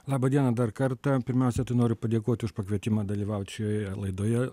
laba diena dar kartą pirmiausia noriu padėkoti už pakvietimą dalyvauti šioje laidoje